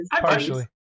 partially